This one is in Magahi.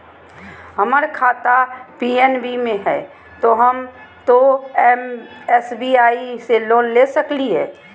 हमर खाता पी.एन.बी मे हय, तो एस.बी.आई से लोन ले सकलिए?